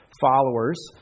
followers